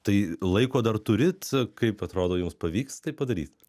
tai laiko dar turit kaip atrodo jums pavyks tai padaryt